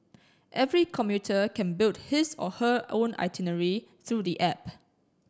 every commuter can build his or her own itinerary through the app